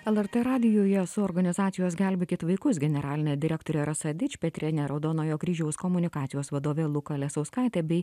lrt radijuje su organizacijos gelbėkit vaikus generaline direktore rasa dičpetriene raudonojo kryžiaus komunikacijos vadove luka lesauskaite bei